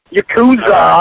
Yakuza